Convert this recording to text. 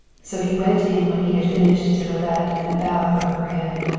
so he went in when he had finished his toilet and bowed over her hand.